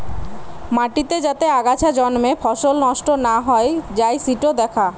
মাটিতে যাতে আগাছা জন্মে ফসল নষ্ট না হৈ যাই সিটো দ্যাখা